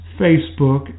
Facebook